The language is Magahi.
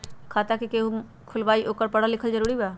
खाता जे केहु खुलवाई ओकरा परल लिखल जरूरी वा?